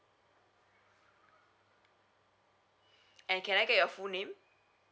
and can I get your full name